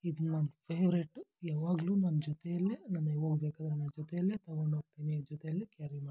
ಇದು ನನ್ನ ಫೆವ್ರೇಟು ಯಾವಾಗಲೂ ನನ್ನ ಜೊತೆಯಲ್ಲೇ ನಾನು ಎಲ್ಲಿ ಹೋಗಬೇಕಾದ್ರು ನನ್ನ ಜೊತೆಯಲ್ಲೇ ತೊಗೊಂಡೋಗ್ತಿನಿ ಜೊತೆಯಲ್ಲೇ ಕ್ಯಾರಿ ಮಾಡ್ತೀನಿ